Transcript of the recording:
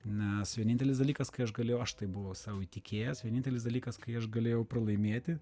nes vienintelis dalykas kai aš galėjau aš tai buvau sau įtikėjęs vienintelis dalykas kai aš galėjau pralaimėti